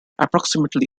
approximately